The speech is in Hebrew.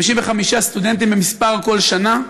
55 סטודנטים במספר כל שנה,